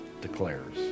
declares